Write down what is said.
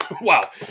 wow